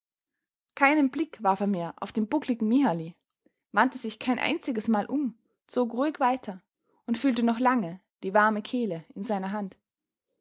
keinen blick warf er mehr auf den buckligen mihly wandte sich kein einzigesmal um zog ruhig weiter und fühlte noch lange die warme kehle in seiner hand